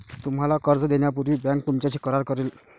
तुम्हाला कर्ज देण्यापूर्वी बँक तुमच्याशी करार करेल